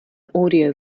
audio